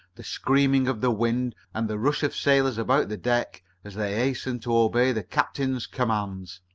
the screaming of the wind, and the rush of sailors about the deck as they hastened to obey the captain's commands.